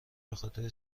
بخاطر